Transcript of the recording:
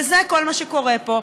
וזה כל מה שקורה פה.